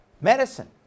medicine